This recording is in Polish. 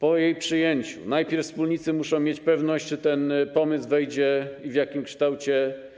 Po jej przyjęciu najpierw wspólnicy muszą mieć pewność, czy ten pomysł wejdzie w życie i w jakim kształcie.